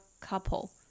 couple